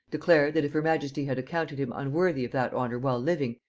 declared, that if her majesty had accounted him unworthy of that honor while living,